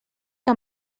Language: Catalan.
que